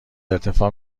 ارتفاع